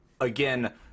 again